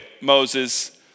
Moses